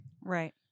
Right